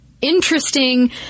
interesting